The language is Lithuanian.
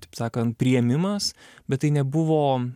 taip sakant priėmimas bet tai nebuvo